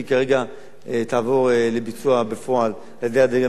תעבור לביצוע בפועל על-ידי הדרג המקצועי.